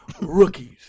rookies